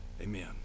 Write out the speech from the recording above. Amen